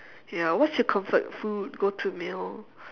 ya what's your comfort food go to meal